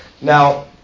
Now